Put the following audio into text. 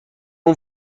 اون